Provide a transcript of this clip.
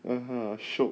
(uh huh) shiok